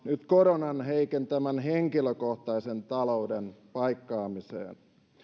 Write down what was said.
koronan heikentämän henkilökohtaisen talouden paikkaamiseen